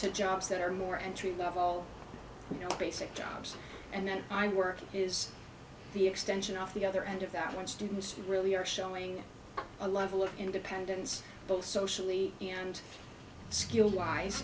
to jobs that are more entry level you know basic jobs and then find work is the extension of the other end of that one students who really are showing a level of independence both socially and skill wise